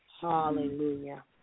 hallelujah